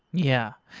yeah.